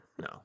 No